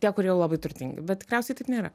tie kurie jau labai turtingi bet tikriausiai taip nėra